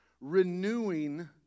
Renewing